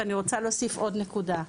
ואני רוצה להוסיף עוד נקודה,